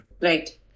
Right